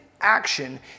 action